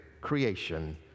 creation